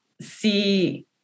see